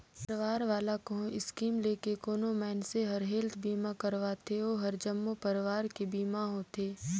परवार वाला कहो स्कीम लेके कोनो मइनसे हर हेल्थ बीमा करवाथें ओ हर जम्मो परवार के बीमा होथे